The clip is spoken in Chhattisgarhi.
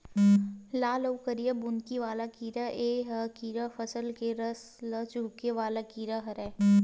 लाल अउ करिया बुंदकी वाला कीरा ए ह कीरा फसल के रस ल चूंहके वाला कीरा हरय